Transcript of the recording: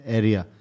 area